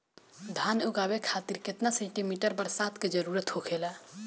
धान उगावे खातिर केतना सेंटीमीटर बरसात के जरूरत होखेला?